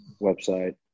website